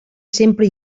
sempre